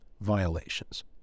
violations